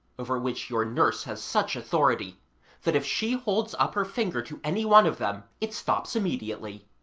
over which your nurse has such authority that if she holds up her finger to any one of them it stops immediately.